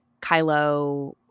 Kylo